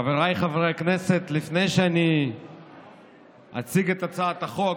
חבריי חברי הכנסת, לפני שאציג את הצעת החוק,